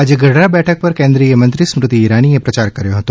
આજે ગઢડા બેઠક પર કેન્દ્રીય મંત્રી સ્મૃતિ ઇરાની એ પ્રચાર કર્યો હતો